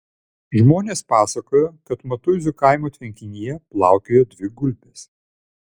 žmonės pasakojo kad matuizų kaimo tvenkinyje plaukiojo dvi gulbės